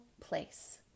place